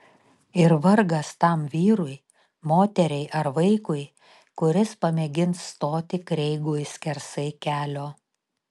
ir vargas tam vyrui moteriai ar vaikui kuris pamėgins stoti kreigui skersai kelio